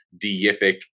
deific